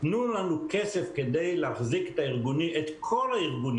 תנו לנו כסף כדי להחזיק את כל הארגונים